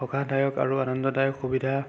সকাহদায়ক আৰু আনন্দদায়ক সুবিধা